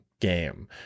game